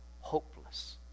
hopeless